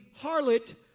harlot